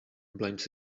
blames